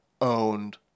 owned